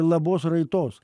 labos raitos